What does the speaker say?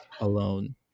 alone